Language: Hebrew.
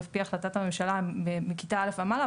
לפי החלטת הממשלה מכיתה א ומעלה.